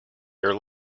your